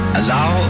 allow